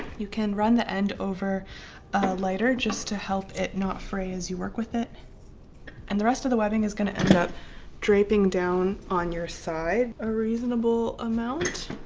you can run the end over a lighter just to help it not fray as you work with it and the rest of the webbing is going to end up draping down on your side a reasonable amount